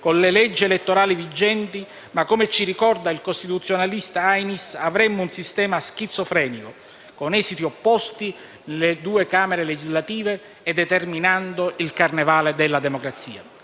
con le leggi elettorali vigenti perché - come ci ricorda il costituzionalista Ainis - avremmo un sistema schizofrenico con esiti opposti nelle due Camere legislative, che determinerebbe il "carnevale della democrazia".